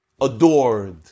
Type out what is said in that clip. adored